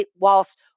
whilst